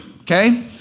okay